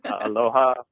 Aloha